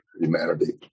humanity